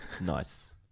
Nice